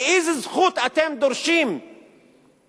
באיזה זכות אתם דורשים מערבים,